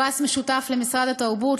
הפרס משותף למשרד התרבות,